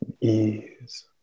ease